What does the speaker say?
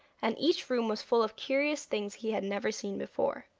and each room was full of curious things he had never seen before.